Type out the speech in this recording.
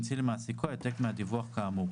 והמציא למעסיקו העתק מהדיווח כאמור.